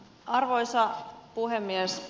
arvoisa puhemies